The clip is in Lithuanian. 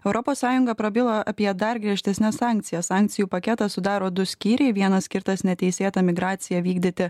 europos sąjunga prabilo apie dar griežtesnes sankcijas sankcijų paketą sudaro du skyriai vienas skirtas neteisėtą migraciją vykdyti